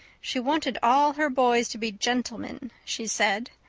she wanted all her boys to be gentlemen, she said.